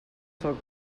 foc